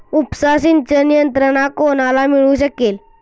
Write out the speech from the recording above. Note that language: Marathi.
उपसा सिंचन यंत्रणा कोणाला मिळू शकेल?